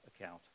account